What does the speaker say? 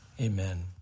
Amen